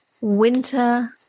winter